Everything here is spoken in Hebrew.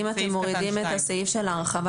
אם אתם מורידים את הסעיף של ההרחבה